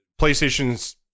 PlayStation's